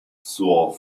sur